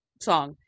song